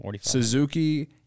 Suzuki